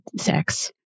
sex